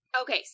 Okay